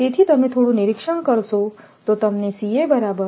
તેથી તમે થોડું નિરીક્ષણ કરશો તો તમને મળશે